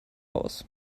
raus